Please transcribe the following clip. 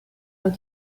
out